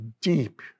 deep